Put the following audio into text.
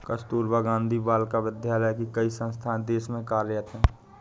कस्तूरबा गाँधी बालिका विद्यालय की कई संस्थाएं देश में कार्यरत हैं